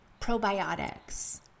probiotics